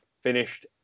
finished